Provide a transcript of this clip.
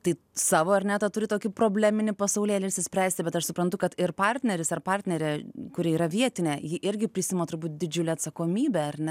tai savo ar ne tą turi tokį probleminį pasaulėlį išsispręsti bet aš suprantu kad ir partneris ar partnerė kuri yra vietinė ji irgi prisiima turbūt didžiulę atsakomybę ar ne